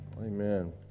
amen